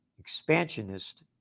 expansionist